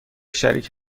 شریک